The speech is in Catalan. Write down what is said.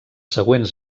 següents